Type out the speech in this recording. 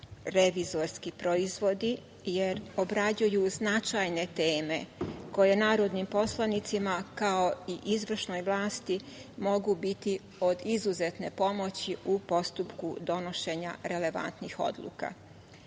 revizorski proizvodi, jer obrađuju značajne teme koje narodnim poslanicima kao i izvršnoj vlasti mogu biti od izuzetne pomoći u postupku donošenja relevantnih odluka. Veoma